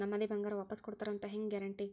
ನಮ್ಮದೇ ಬಂಗಾರ ವಾಪಸ್ ಕೊಡ್ತಾರಂತ ಹೆಂಗ್ ಗ್ಯಾರಂಟಿ?